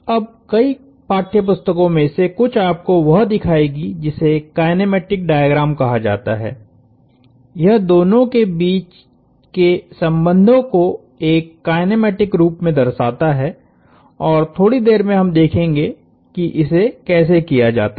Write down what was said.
अब कई पाठ्य पुस्तकों में से कुछ आपको वह दिखाएगी जिसे काइनेमेटिक डायग्राम कहा जाता है यह दोनों के बीच के संबंधों को एक काइनेमेटिक रूप में दर्शाता है और थोड़ी देर में हम देखेंगे कि इसे कैसे किया जाता है